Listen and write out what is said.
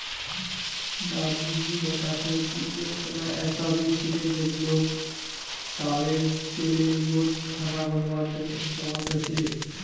दादी जी बता छे कि एक समय ऐसा भी छिले जब लोग ताडेर तेलेर रोज खाना बनवार तने इस्तमाल कर छीले